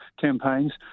campaigns